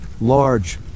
Large